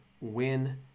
win